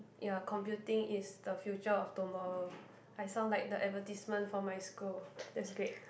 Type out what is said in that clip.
ya computing is the future of tomorrow I sound like the advertisement for my school that's great